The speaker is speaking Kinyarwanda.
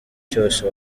cyose